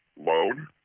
loan